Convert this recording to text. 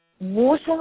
Water